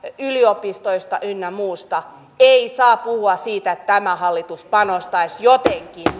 yliopistoista ynnä muusta ei saa puhua siitä että tämä hallitus panostaisi jotenkin